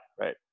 right